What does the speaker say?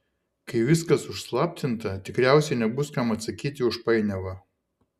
kai viskas užslaptinta tikriausiai nebus kam atsakyti už painiavą